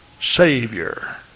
Savior